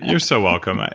you're so welcome. and